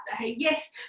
Yes